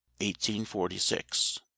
1846